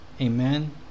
amen